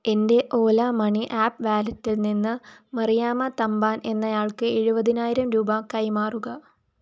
എന്റെ Ola money app വാലറ്റിൽ നിന്ന് മറിയാമ്മത്തമ്പാൻ എന്നയാൾക്ക് എഴുപതിനായിരം രൂപ കൈമാറുക